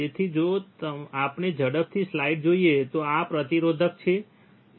તેથી જો આપણે ઝડપથી સ્લાઇડ જોઈએ તો આ પ્રતિરોધક છે તે નથી